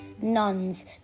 nuns